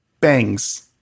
Bangs